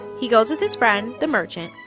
he goes with his friend, the merchant,